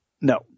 No